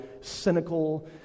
cynical